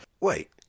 Wait